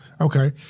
Okay